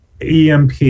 EMP